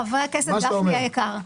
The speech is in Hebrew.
חבר הכנסת גפני היקר,